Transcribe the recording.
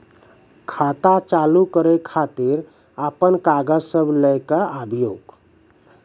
खाता चालू करै खातिर आपन कागज सब लै कऽ आबयोक?